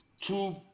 two